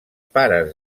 pares